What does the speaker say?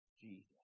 Jesus